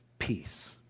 peace